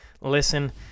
listen